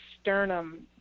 sternum